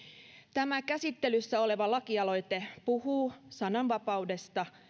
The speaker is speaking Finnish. tämä käsittelyssä oleva lakialoite puhuu sananvapaudesta